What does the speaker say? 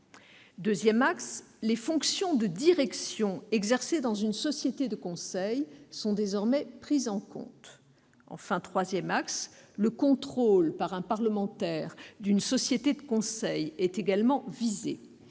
les fonctions de direction exercées dans une société de conseil sont désormais prises en compte. Enfin, le contrôle par un parlementaire d'une société de conseil est également visé.